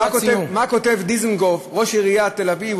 מה כותב דיזנגוף, ראש עיריית תל-אביב,